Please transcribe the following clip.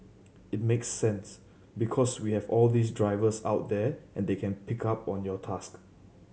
it makes sense because we have all these drivers out there and they can pick up on your task